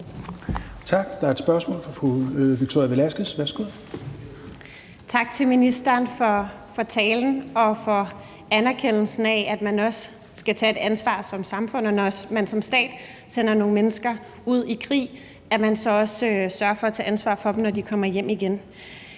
Tak. Der er et spørgsmål fra fru Victoria Velasquez. Værsgo. Kl. 14:50 Victoria Velasquez (EL): Tak til ministeren for talen og for anerkendelsen af, at man også skal tage et ansvar som samfund, og at man, når man som stat sender nogle mennesker ud i krig, så også sørger for at tage ansvar for dem, når de kommer hjem igen.